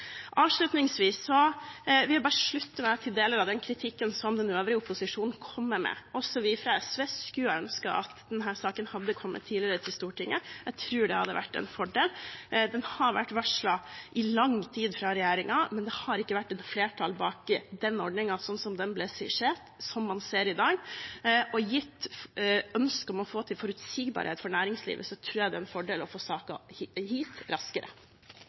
Avslutningsvis vil jeg bare slutte meg til deler av den kritikken som den øvrige opposisjonen kommer med. Også vi fra SV skulle ønske at denne saken hadde kommet tidligere til Stortinget. Jeg tror det hadde vært en fordel. Den har vært varslet i lang tid fra regjeringen, men det har ikke vært et flertall bak denne ordningen slik den ble skissert, som man ser i dag. Og gitt et ønske om å få til forutsigbarhet for næringslivet, tror jeg det er en fordel å få saker hit raskere.